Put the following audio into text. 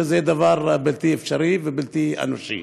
שזה דבר בלתי אפשרי ובלתי אנושי.